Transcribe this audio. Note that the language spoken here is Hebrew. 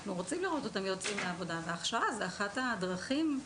אנחנו רוצים לראות אותם יוצאים לעבודה והכשרה זה אחד הדרכים הבטוחות.